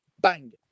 bang